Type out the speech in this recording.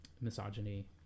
misogyny